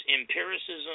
empiricism